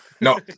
No